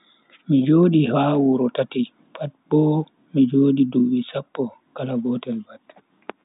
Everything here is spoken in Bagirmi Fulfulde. Mi jooodi ha wuroji tati, pat bo mi jodi dubi sappo kala gotel pat.